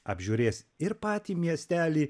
apžiūrės ir patį miestelį